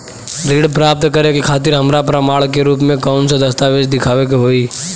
ऋण प्राप्त करे के खातिर हमरा प्रमाण के रूप में कउन से दस्तावेज़ दिखावे के होइ?